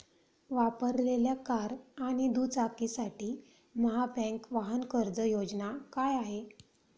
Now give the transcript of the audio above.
वापरलेल्या कार आणि दुचाकीसाठी महाबँक वाहन कर्ज योजना काय आहे?